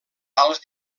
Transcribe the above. alts